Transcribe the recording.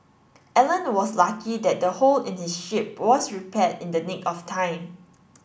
Alan was lucky that the hole in his ship was repaired in the nick of time